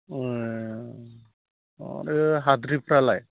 ए आरो हाद्रिफ्रालाय